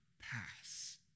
pass